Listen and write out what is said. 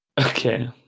Okay